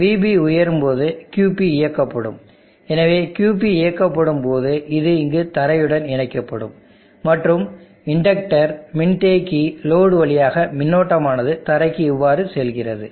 Vb உயரும்போது QP இயக்கப்படும் எனவே QP இயக்கப்படும் போது இது இங்கு தரையுடன் இணைக்கப்படும் மற்றும் இண்டக்டர் மின்தேக்கி லோடு வழியாக மின்னோட்டம் ஆனது தரைக்கு இவ்வாறு செல்கிறது